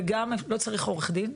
וגם לא צריך עורך דין,